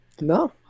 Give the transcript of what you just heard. no